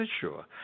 Sure